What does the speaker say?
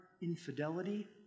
infidelity